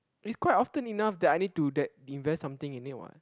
is quite often enough that I need to that invest something in it what